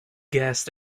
guests